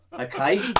okay